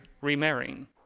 remarrying